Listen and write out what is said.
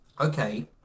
okay